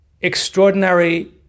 extraordinary